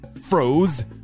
froze